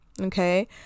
Okay